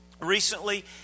recently